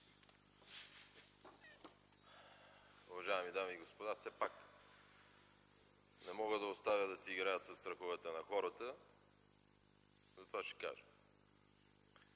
Уважаеми дами и господа, все пак не мога да оставя да си играят със страховете на хората и затова ще кажа: